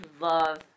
love